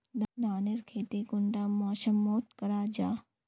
धानेर खेती कुंडा मौसम मोत करा जा?